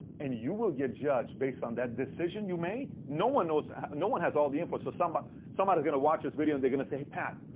and you will get judged based on that decision you made no one no so no one has all the info, so somebody's somebody's going to watch this video and they're going to say, hey, pat,